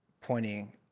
pointing